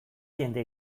jende